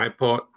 iPod